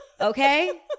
Okay